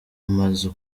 amazu